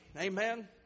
Amen